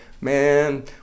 man